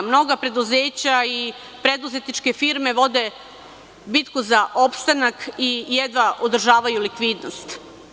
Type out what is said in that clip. Mnoga preduzeća i preduzetničke firme vode bitku za opstanak i jedva održavaju likvidnost.